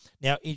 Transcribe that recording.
Now